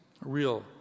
real